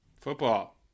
Football